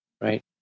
right